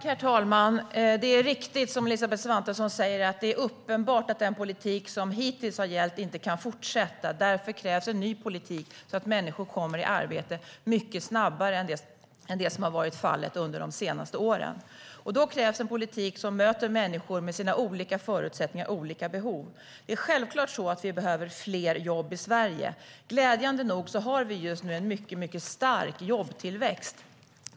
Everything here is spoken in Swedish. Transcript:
Herr talman! Det är riktigt som Elisabeth Svantesson säger, nämligen att det är uppenbart att den politik som hittills har gällt inte kan fortsätta. Därför krävs en ny politik så att människor kommer i arbete mycket snabbare än som har varit fallet under de senaste åren. Då krävs en politik som möter människor med olika förutsättningar och olika behov. Det är självklart så att vi behöver fler jobb i Sverige. Glädjande nog har vi just nu en mycket stark jobbtillväxt.